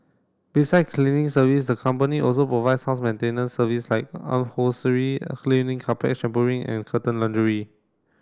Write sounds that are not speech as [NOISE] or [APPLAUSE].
beside cleaning service the company also provides house maintenance service like [UNINTELLIGIBLE] cleaning carpet shampooing and curtain laundry